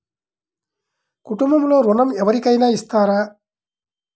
కుటుంబంలో ఋణం ఎవరికైనా ఇస్తారా?